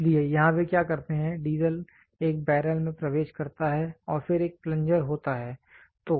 इसलिए यहां वे क्या करते हैं डीजल एक बैरल में प्रवेश करता है और फिर एक प्लंजर होता है